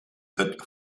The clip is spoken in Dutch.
het